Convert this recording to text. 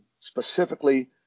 specifically